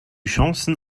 chancen